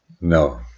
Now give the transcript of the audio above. No